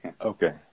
Okay